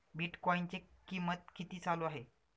बिटकॉइनचे कीमत किती चालू आहे